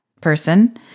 person